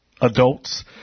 adults